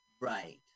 right